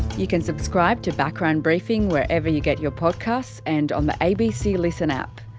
you can subscribe to background briefing wherever you get your podcasts, and on the abc listen app.